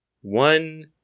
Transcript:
One